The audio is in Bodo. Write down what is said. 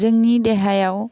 जोंनि देहायाव